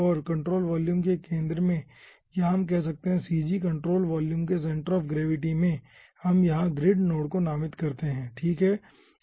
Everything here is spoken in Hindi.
और कंट्रोल वॉल्यूम के केंद्र में या हम कह सकते है CG कंट्रोल वॉल्यूम के सेन्टर ऑफ़ ग्रेविटी में हम यहां ग्रिड नोड बिंदु को नामित करते हैं ठीक है